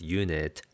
unit